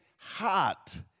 heart